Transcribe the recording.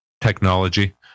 technology